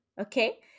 Okay